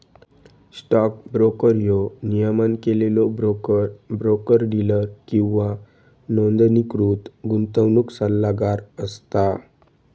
stock broker ह्यो नियमन केलेलो ब्रोकर, ब्रोकर डीलर किंवा नोंदणीकृत गुंतवणूक सल्लागार असता